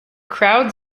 crowd